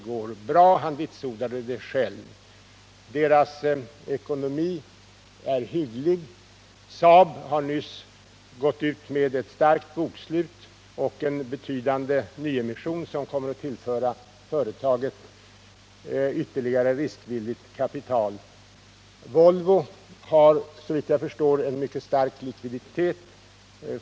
Per Bergman vitsordade det själv. Deras ekonomi är hygglig. Saab har nyligen uppvisat ett starkt bokslut och gått ut med en betydande nyemission, som kommer att tillföra företaget ytterligare riskvilligt kapital. Också Volvo har såvitt jag förstår en mycket stark likviditet.